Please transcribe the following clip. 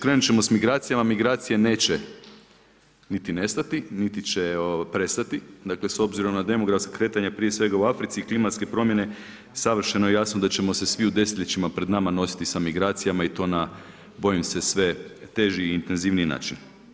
Krenut ćemo s migracijama, migracije neće niti nestati, niti će prestati s obzirom na demokratska kretanja prije svega u Africi i klimatske promjene savršeno je jasno da ćemo svi u desetljećima pred nama nositi sa migracijama i to na bojim se sve teži i intenzivniji način.